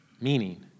Meaning